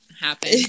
happen